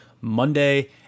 Monday